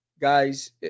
guys